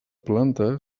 planta